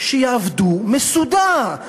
שיעבדו מסודר,